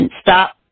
Stop